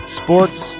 sports